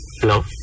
hello